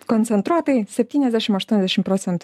koncentruotai septyniasdešimt aštuoniasdešimt procentų